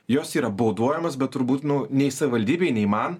jos yra bauduojamos bet turbūt nuo nei savivaldybei nei man